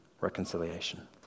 reconciliation